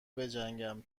بجنگم